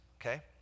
Okay